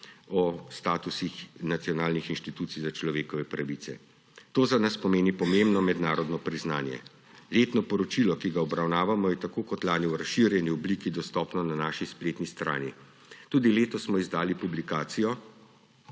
o statusih nacionalnih inštitucij za človekove pravice. To za nas pomeni pomembno mednarodno priznanje. Letno poročilo, ki ga obravnavamo, je tako kot lani v razširjeni obliki dostopno na naši spletni strani. Tudi letos smo izdali publikacijo,